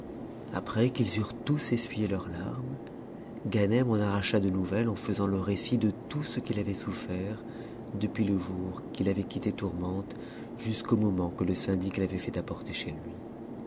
après qu'ils eurent tous essuyé leurs larmes ganem en arracha de nouvelles en faisant le récit de tout ce qu'il avait sounërt depuis le jour qu'il avait quitté tourmente jusqu'au moment que le syndic l'avait fait apporter chez lui